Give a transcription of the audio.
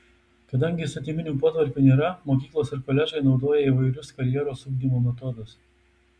kadangi įstatyminių potvarkių nėra mokyklos ir koledžai naudoja įvairius karjeros ugdymo metodus